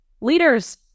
leaders